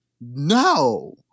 no